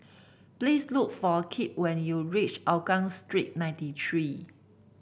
please look for Kipp when you reach Hougang Street ninety three